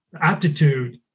aptitude